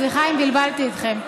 סליחה אם בלבלתי אתכם.